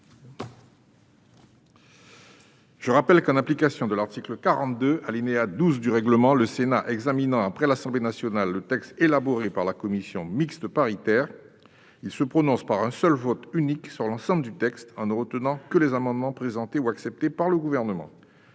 Je rappelle que, en application de l'article 42, alinéa 12, du règlement, le Sénat examinant après l'Assemblée nationale le texte élaboré par la commission mixte paritaire, il se prononce par un seul vote sur l'ensemble du texte en ne retenant que les amendements présentés ou acceptés par le Gouvernement.